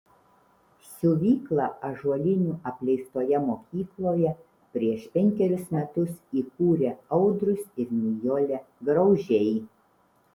siuvyklą ąžuolinių apleistoje mokykloje prieš penkerius metus įkūrė audrius ir nijolė graužiai